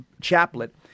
Chaplet